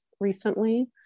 recently